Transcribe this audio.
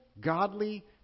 godly